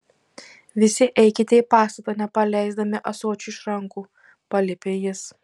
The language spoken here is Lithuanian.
visi eikite į pastatą nepaleisdami ąsočių iš rankų paliepė jis